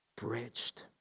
bridged